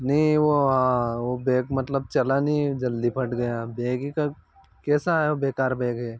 नहीं वह वह बैग मतलब चला नहीं जल्दी फट गया बैग कैसा बेकार बैग है